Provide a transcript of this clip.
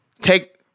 take